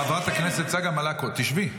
--- חברת הכנסת צגה מלקו, תשבי.